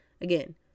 again